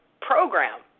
program